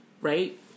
right